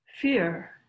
fear